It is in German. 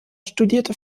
studierte